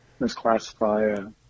misclassify